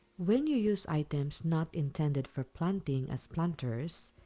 when you use items, not intended for planting, as planters,